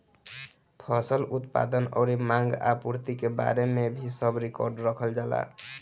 फसल उत्पादन अउरी मांग आपूर्ति के बारे में भी सब रिकार्ड रखल जाला